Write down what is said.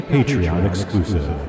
Patreon-exclusive